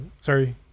sorry